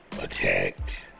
attacked